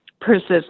persist